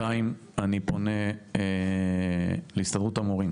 שנית, אני פונה להסתדרות המורים